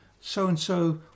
So-and-so